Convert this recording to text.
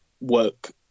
work